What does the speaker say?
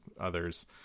others